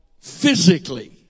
physically